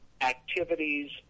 activities